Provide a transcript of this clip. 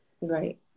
Right